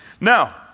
Now